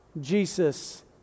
Jesus